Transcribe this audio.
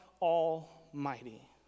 almighty